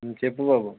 చెప్పు బాబు